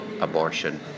abortion